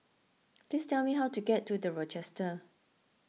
please tell me how to get to the Rochester